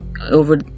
over